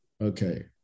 Okay